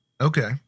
Okay